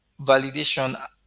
validation